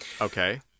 okay